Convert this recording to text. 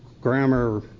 grammar